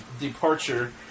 departure